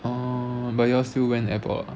um but you all still went airport